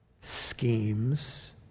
schemes